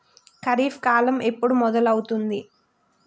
ఖరీఫ్ కాలం ఎప్పుడు మొదలవుతుంది?